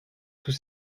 tout